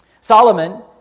Solomon